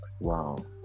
Wow